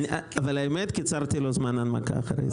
אבל האמת, קיצרתי זמן הנמקה אחרי זה.